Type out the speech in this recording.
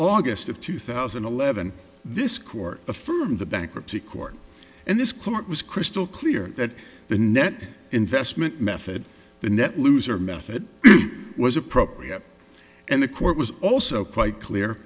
august of two thousand and eleven this court affirmed the bankruptcy court and this court was crystal clear that the net investment method the net loser method was appropriate and the court was also quite clear